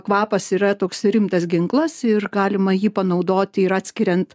kvapas yra toks rimtas ginklas ir galima jį panaudoti ir atskiriant